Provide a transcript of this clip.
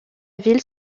ville